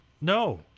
No